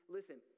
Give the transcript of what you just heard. Listen